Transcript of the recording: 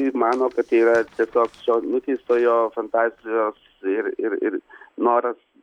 jis mano kad tai yra tiesiog šio nuteistojo fantazijos ir ir noras